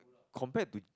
compared to